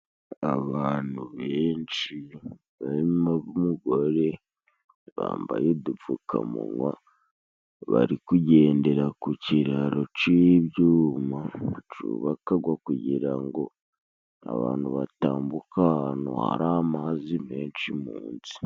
Abantu benshi barimo m'umugore bambaye udupfukamunwa, bari kugendera ku kiraro c'ibyuma, bacubakaga kugira ngo abantu batambuka amazi menshimeenshi.